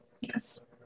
Yes